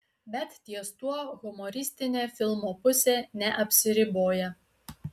bet ties tuo humoristinė filmo pusė neapsiriboja